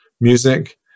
music